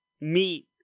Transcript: meet